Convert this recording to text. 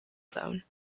zone